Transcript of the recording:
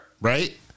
right